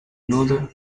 nodo